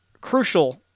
crucial